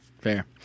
Fair